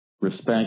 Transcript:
respect